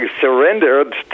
surrendered